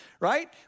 right